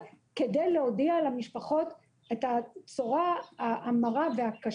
כדי להודיע למשפחות את ההודעה המרה והקשה.